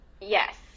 yes